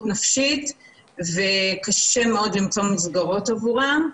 נפשית וקשה מאוד למצוא מסגרות עבורם.